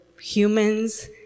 humans